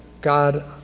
God